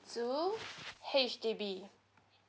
two H_D_B